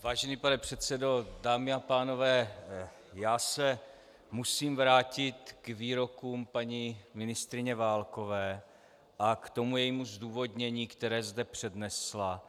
Vážený pane předsedo, dámy a pánové, já se musím vrátit k výrokům paní ministryně Válkové a k tomu jejímu zdůvodnění, které zde přednesla.